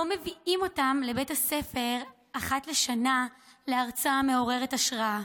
לא מביאים אותם לבית הספר אחת לשנה להרצאה מעוררת השראה